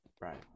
Right